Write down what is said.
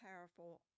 powerful